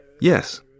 Yes